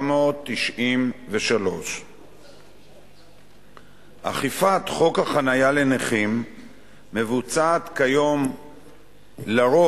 התשנ"ד 1993. אכיפת חוק החנייה לנכים מבוצעת כיום לרוב